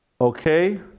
okay